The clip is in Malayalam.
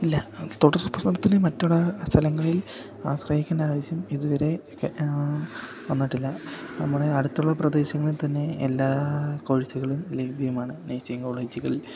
ഇല്ല തുടർപഠനത്തിന് മറ്റുള്ള സ്ഥലങ്ങളിൽ ആശ്രയിക്കേണ്ട ആവശ്യം ഇതുവരെ വന്നിട്ടില്ല നമ്മുടെ അടുത്തുള്ള പ്രദേശങ്ങളിൽ തന്നെ എല്ലാ കോഴ്സുകളും ലഭ്യമാണ് നേഴ്സിംഗ് കോളേജുകളിൽ